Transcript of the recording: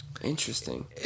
Interesting